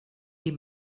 die